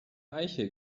eichel